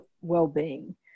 well-being